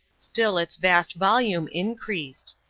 still its vast volume increased.